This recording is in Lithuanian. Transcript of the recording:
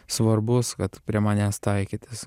svarbus kad prie manęs taikytis